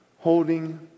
holding